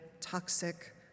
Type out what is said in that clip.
toxic